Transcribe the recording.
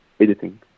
editing